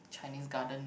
Chinese Garden